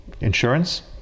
insurance